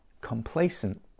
complacent